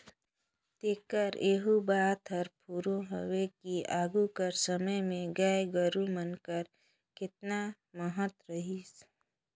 तेकर एहू बात हर फुरों हवे कि आघु कर समे में गाय गरू मन कर केतना महत रहिस